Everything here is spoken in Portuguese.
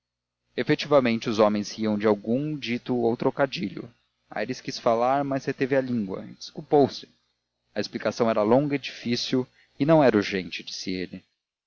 efetivamente os homens riam de algum dito ou trocadilho aires quis falar mas reteve a língua e desculpou-se a explicação era longa e difícil e não era urgente disse ele